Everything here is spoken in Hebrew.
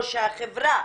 או שהחברה